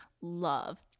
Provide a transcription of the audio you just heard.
love